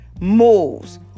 moves